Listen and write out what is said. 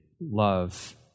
love